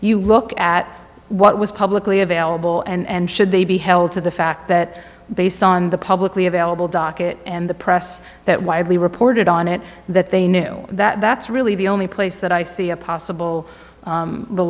you look at what was publicly available and should they be held to the fact that based on the publicly available docket and the press that widely reported on it that they knew that that's really the only place that i see a possible